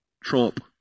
trump